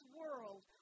world